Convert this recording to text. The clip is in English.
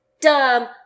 dumb